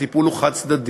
הטיפול הוא חד-צדדי,